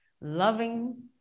loving